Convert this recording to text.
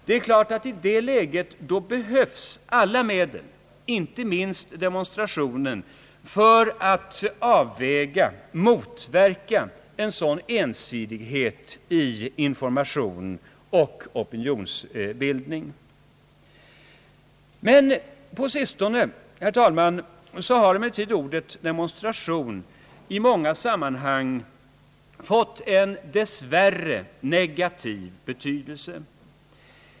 Det är klart att i det läget behövs alla medel, inte minst demonstrationen, för att motverka en sådan ensidighet i information och opinionsbildning. Men på sistone, herr talman, har ordet demonstration i många sammanhang fått en dess värre negativ betydelse.